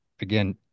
again